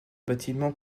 bâtiment